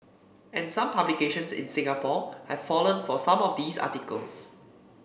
and some publications in Singapore have fallen for some of these articles